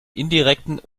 indirekten